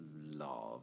love